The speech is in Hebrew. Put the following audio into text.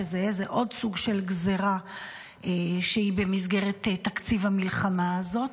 שזה עוד סוג של גזרה שהיא במסגרת תקציב המלחמה הזאת.